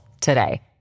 today